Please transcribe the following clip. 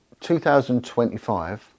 2025